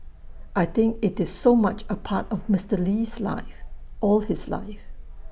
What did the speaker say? I think IT is so much A part of Mister Lee's life all his life